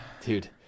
dude